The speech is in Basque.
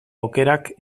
aukerak